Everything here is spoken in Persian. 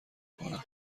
کنم